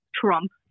Trump